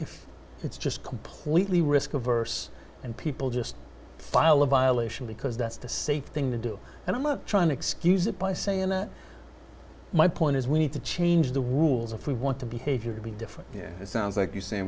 if it's just completely risk averse and people just file a violation because that's the safe thing to do and i'm a trying to excuse it by saying the my point is we need to change the rules if we want to behavior to be different it sounds like you're saying